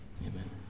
amen